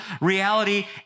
reality